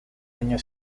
año